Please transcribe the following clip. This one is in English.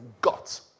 got